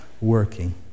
working